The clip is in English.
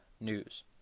News